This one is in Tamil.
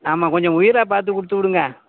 ஆமாம் கொஞ்சம் உயிராக பார்த்து கொடுத்து விடுங்க